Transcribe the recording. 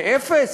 מאפס?